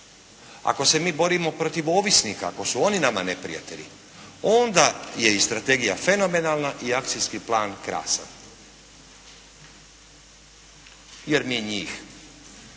Ako se mi borimo protiv ovisnika, ako su oni nama neprijatelji, onda je i strategija fenomenalna i akcijski plan krasan. Jer mi njih,